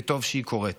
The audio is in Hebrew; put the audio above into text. וטוב שהיא קורית.